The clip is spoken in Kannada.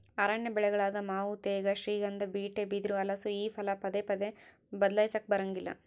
ಅರಣ್ಯ ಬೆಳೆಗಳಾದ ಮಾವು ತೇಗ, ಶ್ರೀಗಂಧ, ಬೀಟೆ, ಬಿದಿರು, ಹಲಸು ಈ ಫಲ ಪದೇ ಪದೇ ಬದ್ಲಾಯಿಸಾಕಾ ಬರಂಗಿಲ್ಲ